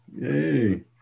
yay